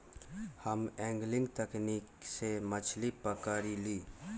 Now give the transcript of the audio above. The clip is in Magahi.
हम एंगलिंग तकनिक से मछरी पकरईली